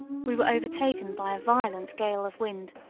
we were overtaken by a violent gale of wind,